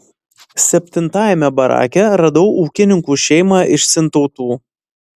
septintajame barake radau ūkininkų šeimą iš sintautų